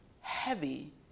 heavy